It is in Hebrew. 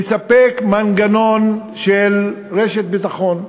לספק מנגנון של רשת ביטחון,